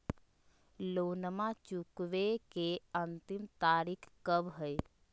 लोनमा चुकबे के अंतिम तारीख कब हय?